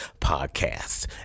podcast